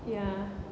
ya